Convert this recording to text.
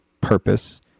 purpose